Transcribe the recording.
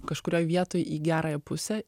kažkurioj vietoj į gerąją pusę